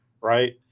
right